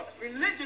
religious